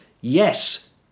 yes